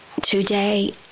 today